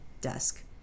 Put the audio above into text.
desk